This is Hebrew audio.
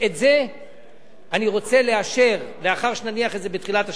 את זה אני רוצה לאשר לאחר שנניח את זה בתחילת השבוע,